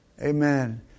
Amen